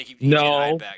No